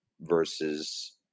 versus